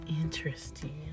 interesting